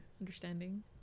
understanding